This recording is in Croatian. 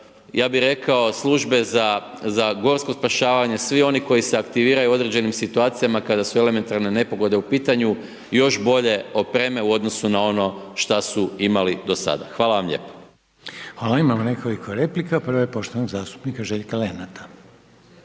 ja bi rekao, Službe za gorsko spašavanje svi oni koji se aktiviraju u određenim situacijama kada su elementarne nepogode u pitanju još bolje opreme u odnosu na ono šta su imali do sada. Hvala vam lijepo. **Reiner, Željko (HDZ)** Hvala. Imamo nekoliko replika. Prva je poštovanog zastupnika Željka Lenarta.